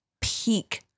peak